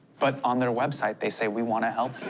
but on their website, they say, we want to help